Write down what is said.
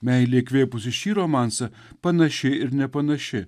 meilė įkvėpusi šį romansą panaši ir nepanaši